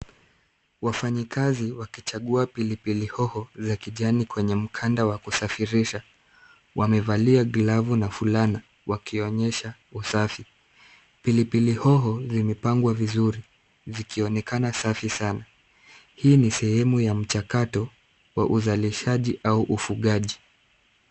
Wafanyikazi wakichagua pilipili hoho za kijani kwenye mkanda wa kusafirisha. Wamevalia glovu na fulana wakionyesha usafi. Pilipili hoho zimepangwa vizuri, zikionekana safi sana. Hii ni sehemu ya mchakato wa uzalishaji au ufugaji.